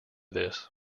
this